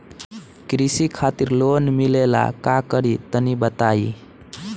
कृषि खातिर लोन मिले ला का करि तनि बताई?